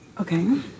okay